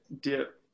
dip